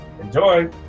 Enjoy